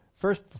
first